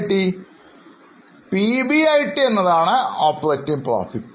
PBIT എന്നതാണ് operating profit